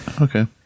Okay